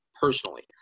personally